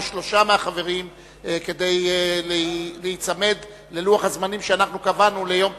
או שלושה מהחברים כדי להיצמד ללוח הזמנים שאנחנו קבענו להיום.